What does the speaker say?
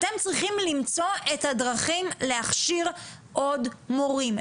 אתם צריכים למצוא את הדרכים להכשיר עוד מורים,